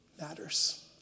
matters